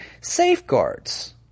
safeguards